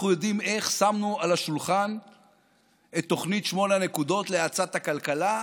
אנחנו יודעים איך שמנו על השולחן את תוכנית שמונה הנקודות להאצת הכלכלה.